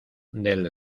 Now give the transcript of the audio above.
del